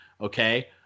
Okay